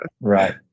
Right